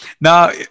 now